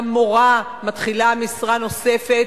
גם מורה מתחילה משרה נוספת.